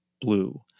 blue